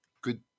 good